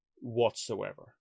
whatsoever